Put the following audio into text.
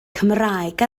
cymraeg